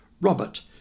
Robert